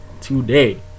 today